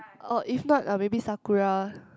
or if not uh maybe Sakura